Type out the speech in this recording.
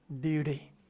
duty